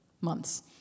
months